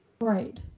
right